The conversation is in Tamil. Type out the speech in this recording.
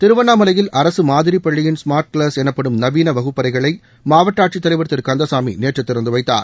திருவண்ணாமலையில் அரசு மாதிரிப் பள்ளியின் ஸ்மார்ட் க்ளாஸ் எனப்படும் நவீன வகுப்பறைகளை மாவட்ட ஆட்சித்தலைவர் திரு கந்தசாமி நேற்று திறந்து வைத்தார்